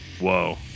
whoa